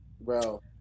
Bro